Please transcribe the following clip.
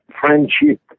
friendship